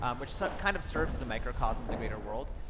um which so kind of serves as a microcosm of the greater world,